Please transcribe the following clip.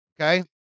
Okay